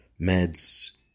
meds